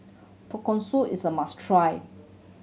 tonkatsu is a must try